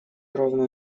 равно